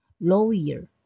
lawyer